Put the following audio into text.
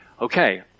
okay